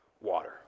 water